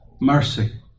Mercy